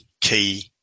key